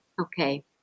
Okay